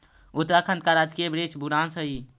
उत्तराखंड का राजकीय वृक्ष बुरांश हई